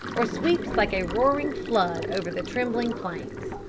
or sweeps like a roaring flood over the trembling plains.